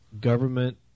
government